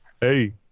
Hey